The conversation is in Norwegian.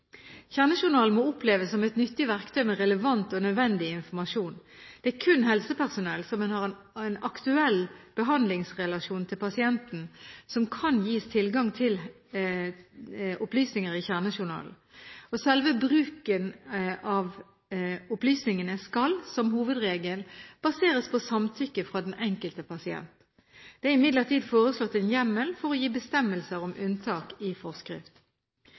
Kjernejournalen må oppleves som et nyttig verktøy med relevant og nødvendig informasjon. Det er kun helsepersonell som har en aktuell behandlingsrelasjon til pasienten, som kan gis tilgang til opplysninger i kjernejournalen. Selve bruken av opplysningene skal, som hovedregel, baseres på samtykke fra den enkelte pasient. Det er imidlertid foreslått en hjemmel for å gi bestemmelser om unntak i forskrift.